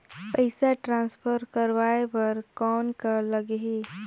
पइसा ट्रांसफर करवाय बर कौन का लगही?